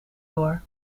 door